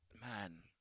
man